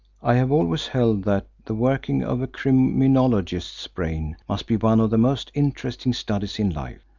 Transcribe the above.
i have always held that the workings of a criminologist's brain must be one of the most interesting studies in life.